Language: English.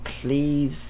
please